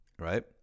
Right